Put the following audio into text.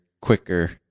quicker